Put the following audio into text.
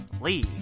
Lee